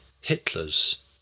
Hitler's